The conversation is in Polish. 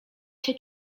się